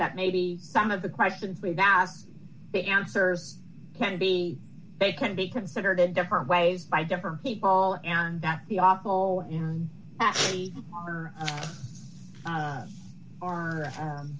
that maybe some of the questions we've asked the answers can be they can be considered in different ways by different people and that the awful and or